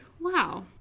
wow